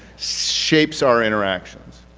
shapes our interactions.